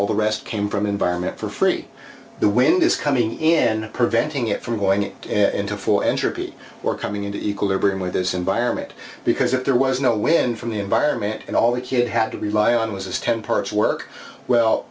all the rest came from environment for free the wind is coming in preventing it from going into for entropy or coming into equilibrium with his environment because if there was no wind from the environment and all the kid had to rely on was this ten parts work well